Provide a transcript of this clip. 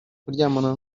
kuryamana